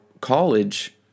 college